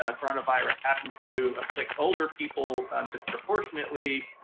ah coronavirus happens to afflict older people um disproportionately,